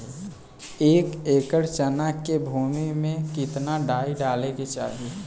एक एकड़ चना के भूमि में कितना डाई डाले के चाही?